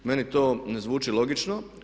Meni to ne zvuči logično.